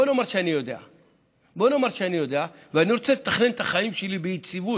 בוא נאמר שאני יודע ואני רוצה לתכנן את החיים שלי ביציבות,